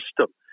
system